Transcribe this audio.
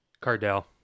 cardell